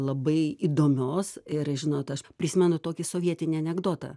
labai įdomios ir žinot aš prisimenu tokį sovietinį anekdotą